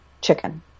chicken